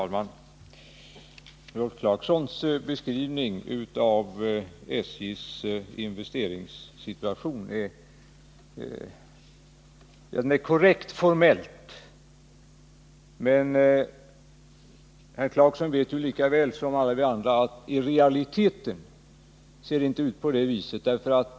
Fru talman! Rolf Clarksons beskrivning av SJ:s investeringssituation är formellt korrekt. Men herr Clarkson vet lika väl som alla vi andra att det i realiteten inte ser ut på det viset.